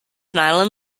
nylon